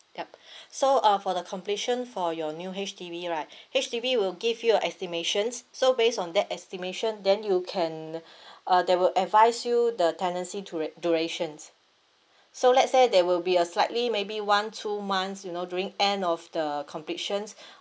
yup so uh for the completion for your new H_D_B right H_D_B will give you a estimations so based on that estimation then you can uh they will advise you the tenancy dura~ durations so let's say there will be a slightly maybe one two months you know during end of the completions